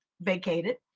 vacated